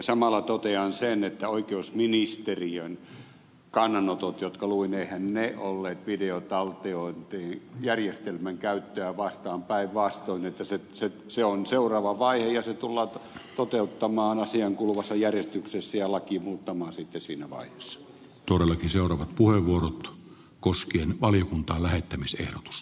samalla totean sen että eiväthän oikeusministeriön kannanotot jotka luin olleet videotaltiointijärjestelmän käyttöä vastaan vaan päinvastoin sillä kannalla että se on seuraava vaihe ja se tullaan toteuttamaan asiaan kuuluvassa järjestyksessä ja laki muuttamaan sitten siinä vaiheessa turha kysellä puheenvuorot koskien valiokuntaan lähettämisehdotus